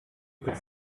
could